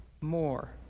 more